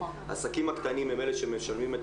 העסקים הקטנים הם אלה שמשלמים,